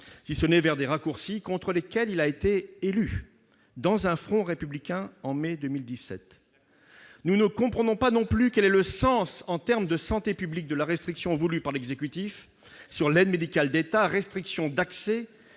si ce n'est vers des raccourcis contre lesquels il a été élu, dans un front républicain, en mai 2017. Nous ne comprenons pas non plus quel est le sens, en termes de santé publique, de la restriction voulue par l'exécutif sur l'aide médicale d'État, restriction d'accès